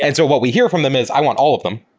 and so what we hear from them is i want all of them,